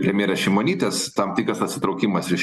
premjerės šimonytės tam tikras atsitraukimas iš